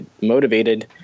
motivated